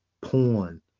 porn